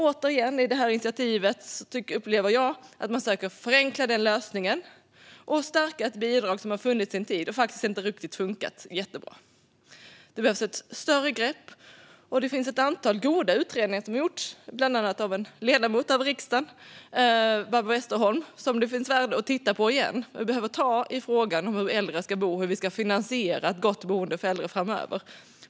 Återigen: I det här initiativet upplever jag att man söker förenkla lösningen och stärka ett bidrag som har funnits en tid och faktiskt inte funkat jättebra. Det behövs ett större grepp. Det finns ett antal goda utredningar som har gjorts, bland annat av en ledamot av riksdagen, Barbro Westerholm, som det finns ett värde i att titta på igen. Vi behöver ta tag i frågan om hur äldre ska bo och hur vi ska finansiera ett gott boende för äldre framöver.